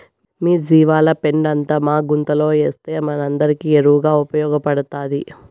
మీ జీవాల పెండంతా మా గుంతలేస్తే మనందరికీ ఎరువుగా ఉపయోగపడతాది